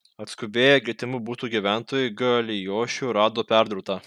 atskubėję gretimų butų gyventojai g alijošių rado perdurtą